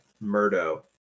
Murdo